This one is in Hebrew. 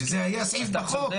וזה היה סעיף בחוק.